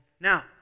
Now